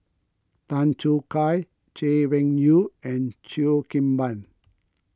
Tan Choo Kai Chay Weng Yew and Cheo Kim Ban